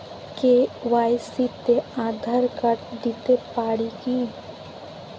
KYC তে Aadhaar card দিতে পারি কি?